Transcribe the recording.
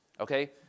okay